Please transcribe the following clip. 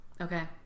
okay